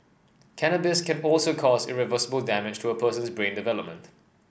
cannabis can also cause irreversible damage to a person's brain development